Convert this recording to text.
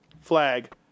flag